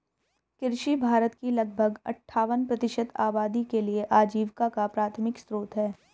कृषि भारत की लगभग अट्ठावन प्रतिशत आबादी के लिए आजीविका का प्राथमिक स्रोत है